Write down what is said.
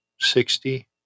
sixty